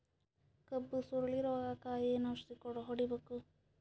ಕಬ್ಬು ಸುರಳೀರೋಗಕ ಏನು ಔಷಧಿ ಹೋಡಿಬೇಕು?